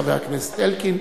חבר הכנסת אלקין.